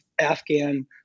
Afghan